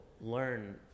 learn